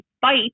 fight